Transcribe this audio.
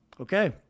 Okay